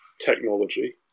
technology